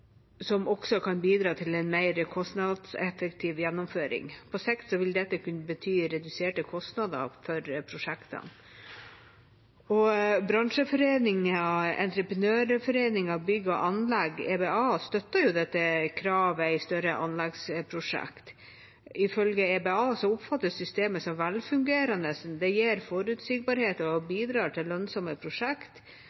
som også kan bidra til en mer kostnadseffektiv gjennomføring. På sikt vil dette kunne bety reduserte kostnader for prosjekter. Bransjeforeningen Entreprenørforeningen – Bygg og Anlegg, EBA, støtter dette kravet i større anleggsprosjekt. Ifølge EBA oppfatter de systemet som velfungerende, at det gir forutsigbarhet og